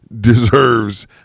deserves